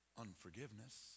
unforgiveness